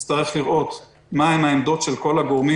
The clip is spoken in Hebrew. נצטרך לראות מה הן העמדות של כל הגורמים